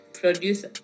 produce